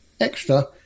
extra